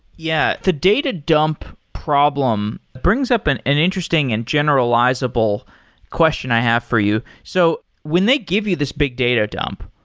yeah, the data dump problem brings up an an interesting and generalizable question i have for you. so, when they give you this big data dump,